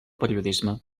periodisme